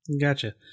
Gotcha